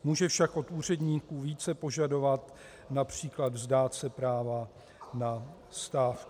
Může však od úředníků více požadovat, například vzdát se práva na stávky.